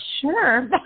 sure